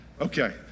Okay